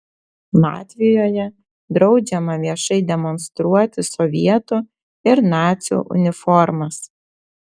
latvijoje draudžiama viešai demonstruoti sovietų ir nacių uniformas